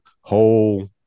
whole